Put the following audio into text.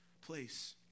place